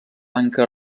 banca